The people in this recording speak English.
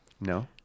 no